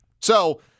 So-